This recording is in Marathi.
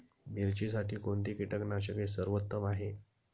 मिरचीसाठी कोणते कीटकनाशके सर्वोत्तम आहे?